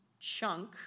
chunk